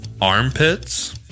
armpits